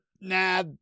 nah